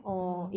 mm